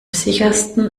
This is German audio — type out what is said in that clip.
sichersten